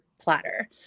platter